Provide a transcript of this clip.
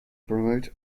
promote